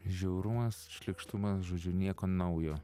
žiaurumas šlykštumas žodžiu nieko naujo